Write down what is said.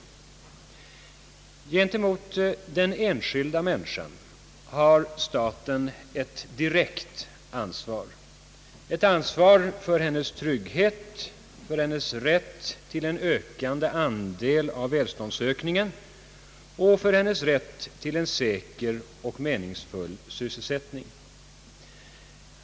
Gentemot den enskilda människan har staten ett direkt ansvar, ett ansvar för hennes trygghet, för hennes rätt till en ökande andel av välståndsökningen och för hennes rätt till en säker och meningsfull sysselsättning.